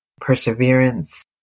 perseverance